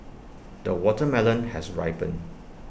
the watermelon has ripened